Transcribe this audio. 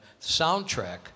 Soundtrack